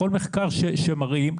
בכל מחקר שמראים,